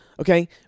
Okay